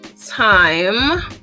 time